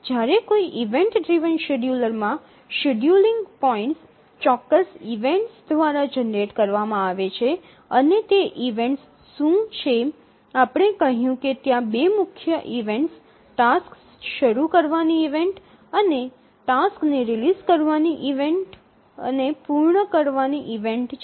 જ્યારે કોઈ event driven શેડ્યુલરમાં શેડ્યુલિંગ પોઇન્ટ્સ ચોક્કસ ઇવેન્ટ્સ દ્વારા જનરેટ કરવામાં આવે છે અને તે ઇવેન્ટ્સ શું છે આપણે કહ્યું કે ત્યાં બે મુખ્ય ઇવેન્ટ્સ ટાસ્ક શરૂ કરવાની ઈવેન્ટ અથવા ટાસ્ક ને રિલીઝ કરવાની ઈવેન્ટ અને પૂર્ણ કરવાની ઈવેન્ટ છે